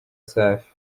safi